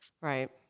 Right